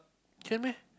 can meh